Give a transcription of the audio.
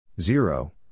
zero